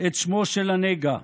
את שמו של הנגע.